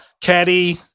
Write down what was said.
Caddy